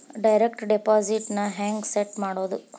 Direct deposit ನ ಹೆಂಗ್ set ಮಾಡೊದು?